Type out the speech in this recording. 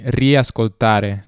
riascoltare